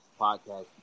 podcast